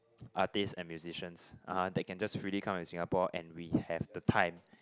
artists and musicians uh that can just freely come to Singapore and we have the time